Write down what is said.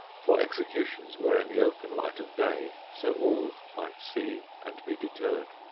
for executions were in the open light of day so all might see and be deterred.